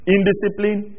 Indiscipline